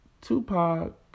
Tupac